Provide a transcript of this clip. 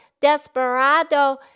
Desperado